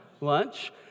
lunch